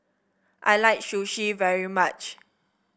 I like Sushi very much